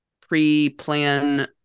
pre-plan